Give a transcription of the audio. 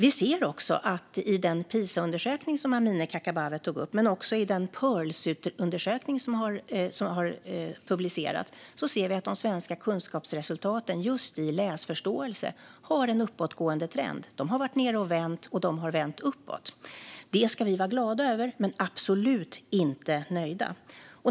Vi ser i den Pisaundersökning som Amineh Kakabaveh tog upp men också i den Pirlsundersökning som har publicerats att de svenska kunskapsresultaten just i läsförståelse har en uppåtgående trend. De har varit nere och vänt, och de har vänt uppåt. Det ska vi vara glada över, men vi är absolut inte nöjda.